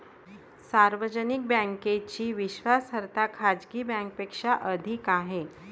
सार्वजनिक बँकेची विश्वासार्हता खाजगी बँकांपेक्षा अधिक आहे